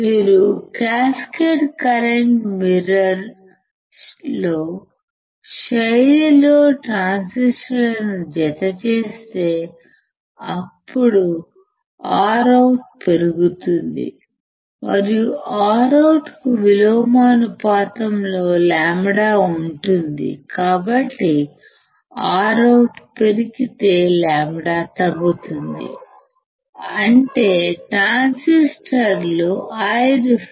మీరు cascade current మిర్రర్లో శైలిలో ట్రాన్సిస్టర్లను జత చేస్తే అప్పుడు ROUT పెరుగుతుంది మరియు ROUT కు విలోమ పాతంలో λ ఉంటుంది కాబట్టి ROUT పెరిగితే λ తగ్గుతుంది అంటే ట్రాన్సిస్టర్లు Ireference